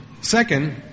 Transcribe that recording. Second